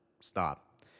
stop